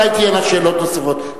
אולי תהיינה שאלות נוספות.